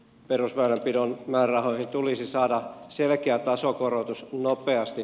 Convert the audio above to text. perusväylänpidon määrärahoihin tulisi saada selkeä tasokorotus nopeasti